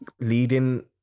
leading